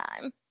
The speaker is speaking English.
time